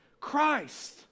Christ